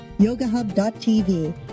yogahub.tv